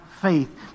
faith